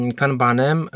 kanbanem